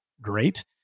great